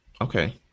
Okay